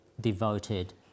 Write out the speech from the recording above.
devoted